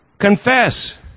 Confess